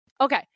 Okay